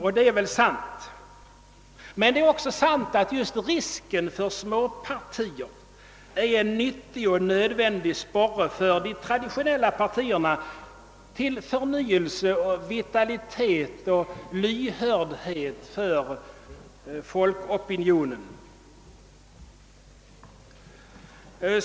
Detta är väl sant, men det är också sant att just risken för småpartier är en för de traditionella partierna nyttig och nödvändig sporre till förnyelse, vitalitet och lyhördhet för folkopinionen.